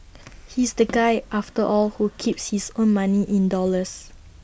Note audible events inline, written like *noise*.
*noise* he's the guy after all who keeps his own money in dollars